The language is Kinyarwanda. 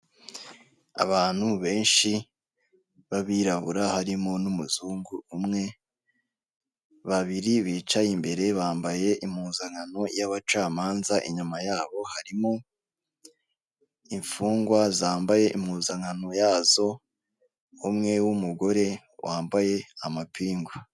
Abantu benshi b'abirabura harimo n'umuzungu umwe, babiri bicaye imbere bambaye impuzankano y'abacamanza. Inyuma yabo harimo imfungwa zambaye impuzankano yazo, umwe w'umugore wambaye amapingu.